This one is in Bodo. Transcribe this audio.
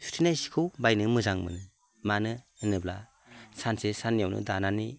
सुथेनाय सिखौ बायनो मोजां मोनो मानो होनोब्ला सानसे सान्नैयावनो दानानै